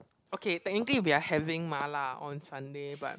okay technically we are having mala on Sunday but